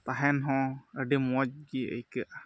ᱛᱟᱦᱮᱱ ᱦᱚᱸ ᱟᱹᱰᱤ ᱢᱚᱡᱽ ᱜᱮ ᱟᱹᱭᱠᱟᱹᱜᱼᱟ